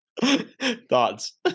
thoughts